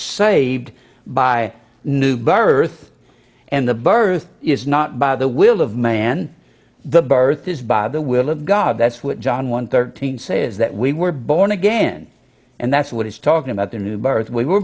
received by new birth and the birth is not by the will of man the birth is by the will of god that's what john one thirteen say is that we were born again and that's what he's talking about the new birth we were